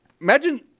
imagine